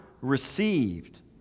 received